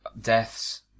deaths